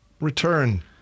return